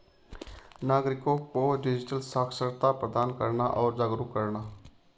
नागरिको को डिजिटल साक्षरता प्रदान करना और जागरूक करना